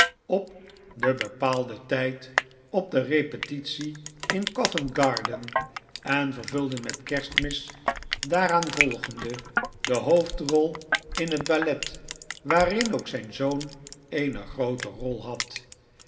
op den bepaalgrimaldi verzwakt den tijd op de repetitie in covent g arden en vervulde met kerstmis daaraanvolgende de hoofdrol in het ballet waarin ook zijn zoon eene groote rol had